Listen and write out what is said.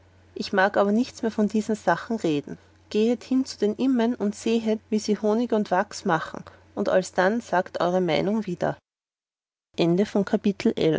ich mag aber nichts mehr von diesen sachen reden gehet hin zu den immen und sehet wie sie wachs und honig machen und alsdann sagt mir eure meinung wieder